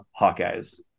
Hawkeyes